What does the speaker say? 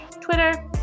Twitter